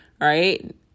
right